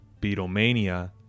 Beatlemania